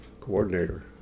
Coordinator